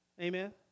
Amen